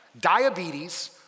diabetes